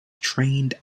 trained